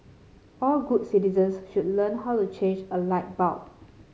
all good citizens should learn how to change a light bulb